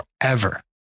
forever